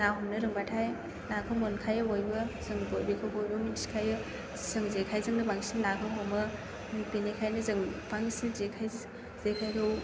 ना हमनो रोंबाथाय नाखौ मोनखायो बयबो जों बेखौ बयबो मिनथिखायो जों जेखायजोंनो बांसिन नाखौ हमो बेनिखायनो जों बांसिन जेखायखौ